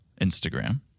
Instagram